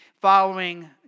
following